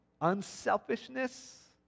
unselfishness